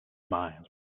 smiled